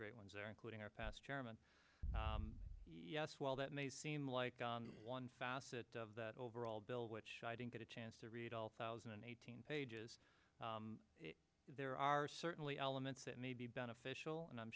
great ones there including our past chairman yes while that may seem like one facet of the overall bill which i didn't get a chance to read all thousand and eighteen pages there are certainly elements that may be beneficial and i'm